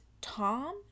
Tom